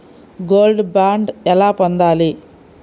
Gold bond ఎలా పొందాలి?